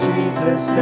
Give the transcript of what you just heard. Jesus